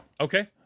okay